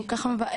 וזה כל כך מבאס,